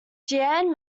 jeanne